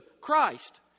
Christ